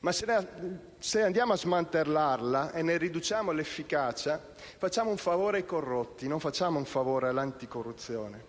Ma, se andiamo a smantellarla e ne riduciamo l'efficacia, facciamo un favore ai corrotti e non all'anticorruzione.